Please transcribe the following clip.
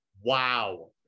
Wow